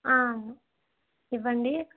ఇవ్వండీ